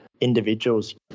Individuals